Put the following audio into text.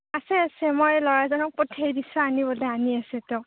আছে আছে মই ল'ৰাজনক পঠিয়াই দিছোঁ আনিবলৈ আনি আছে তেওঁ